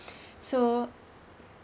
so